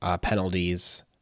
penalties